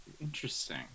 Interesting